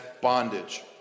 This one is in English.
bondage